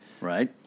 Right